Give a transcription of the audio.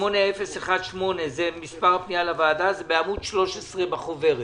פנייה לוועדה מס' 8018, עמוד 13 בחוברת.